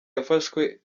yafashwe